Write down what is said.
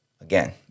Again